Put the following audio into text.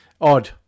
Odd